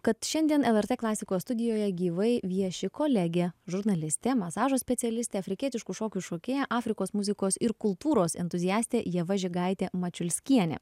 kad šiandien lrt klasikos studijoje gyvai vieši kolegė žurnalistė masažo specialistė afrikietiškų šokių šokėja afrikos muzikos ir kultūros entuziastė ieva žigaitė mačiulskienė